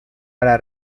para